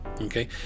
okay